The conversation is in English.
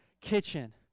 kitchen